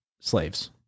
slaves